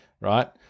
right